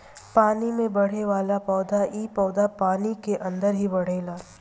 पानी में बढ़ेवाला पौधा इ पौधा पानी के अंदर ही बढ़ेला